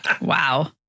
Wow